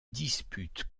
dispute